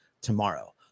tomorrow